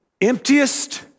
emptiest